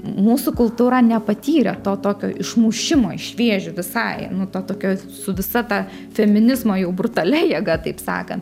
mūsų kultūra nepatyrė to tokio išmušimo iš vėžių visai nu ta tokios su visa ta feminizmo jau brutalia jėga taip sakant